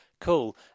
Cool